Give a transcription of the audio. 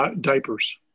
diapers